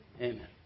Amen